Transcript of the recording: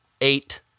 Eight